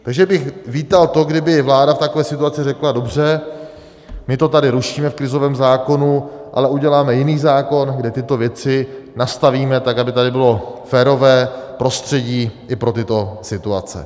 Takže bych vítal to, kdyby vláda v takové situaci řekla: dobře, my to tady rušíme v krizovém zákonu, ale uděláme jiný zákon, kdy tyto věci nastavíme tak, aby tady bylo férové prostředí i pro tyto situace.